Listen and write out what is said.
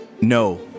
no